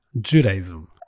Judaism